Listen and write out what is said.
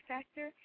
Factor